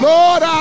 Lord